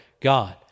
God